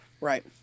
Right